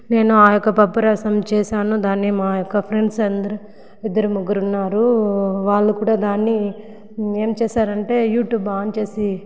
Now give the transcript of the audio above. నేను ఆ యొక్క పప్పు రసం చేశాను దాన్ని మా యొక్క ఫ్రెండ్స్ అందరు ఇద్దరు ముగ్గురు ఉన్నారు వాళ్ళు కూడా దాన్ని ఏం చేశారంటే యూట్యూబ్ ఆన్ చేసి